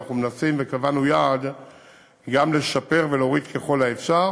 ואנחנו מנסים וקבענו יעד גם לשפר ולהוריד ככל האפשר